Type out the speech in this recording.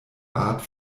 art